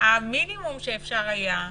המינימום שאפשר היה,